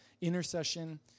intercession